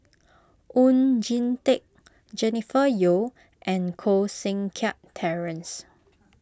Oon Jin Teik Jennifer Yeo and Koh Seng Kiat Terence